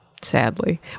sadly